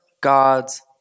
God's